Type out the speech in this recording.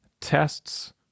tests